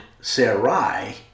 Sarai